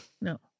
No